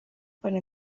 para